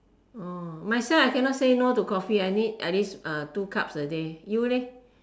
oh myself I cannot say no to coffee I need at least uh two cups a day you leh